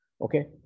Okay